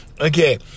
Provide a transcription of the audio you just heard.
Okay